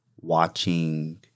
watching